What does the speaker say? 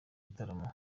gitaramo